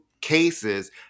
cases